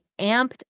amped